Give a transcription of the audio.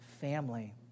family